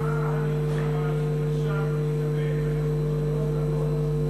עם הנאומים שנרשמנו לגביהם היום, השלוש דקות?